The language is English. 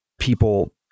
people